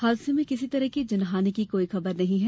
हादसे में किसी तरह की जनहानि की कोई खबर नहीं है